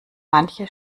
manche